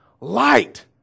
light